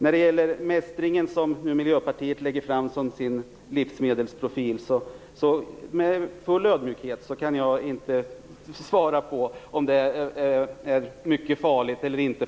När det gäller frågan om omestringen, som Miljöpartiet för fram som sin livsmedelsprofil, vill jag i all ödmjukhet säga att jag inte kan svara på om omestring är farlig eller inte